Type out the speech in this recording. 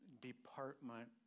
department